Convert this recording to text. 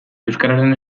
euskararen